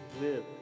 live